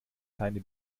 keine